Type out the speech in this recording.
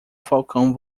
falcão